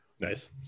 Nice